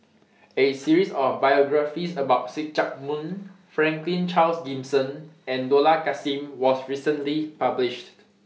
A series of biographies about See Chak Mun Franklin Charles Gimson and Dollah Kassim was recently published